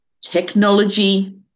technology